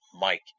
Mike